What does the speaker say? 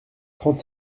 trente